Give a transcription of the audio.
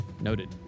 noted